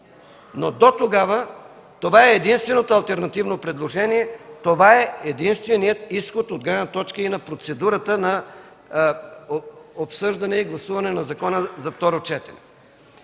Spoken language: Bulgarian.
Дотогава това е единственото алтернативно предложение, единственият изход от гледна точка на процедурата за обсъждане и гласуване на закона за второ четене.